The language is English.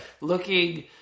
looking